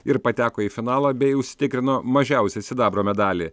ir pateko į finalą bei užsitikrino mažiausiai sidabro medalį